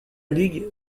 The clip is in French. ligue